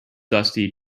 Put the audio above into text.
dusty